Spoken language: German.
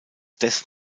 death